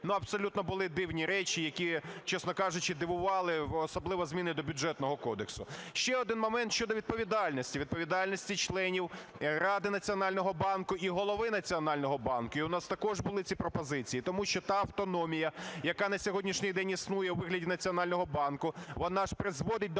Ну, абсолютно були дивні речі, які, чесно кажучи, дивували, особливо зміни до Бюджетного кодексу. Ще один момент: щодо відповідальності, відповідальності членів ради Національного банку і Голови Національного банку. І у нас також були ці пропозиції, тому що та автономія, яка на сьогоднішній день існує у вигляді Національного банку, вона ж призводить до